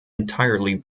entirely